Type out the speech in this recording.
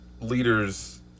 leaders